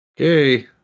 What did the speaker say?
Okay